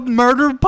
murder